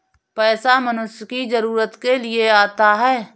पैसा मनुष्य की जरूरत के लिए आता है